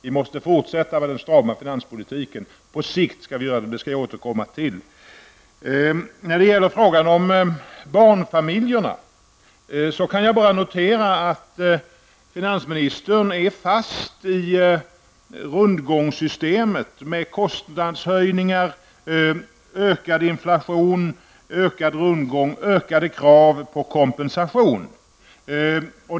Vi måste fortsätta med den strama finanspolitiken. På sikt skall vi sänka skatterna, men det skall jag återkomma till. I frågan om barnfamiljerna kan jag bara notera att finansministern är fast i rundgångssystemet med kostnadshöjningar, ökad inflation och ökade krav på kompensation.